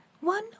one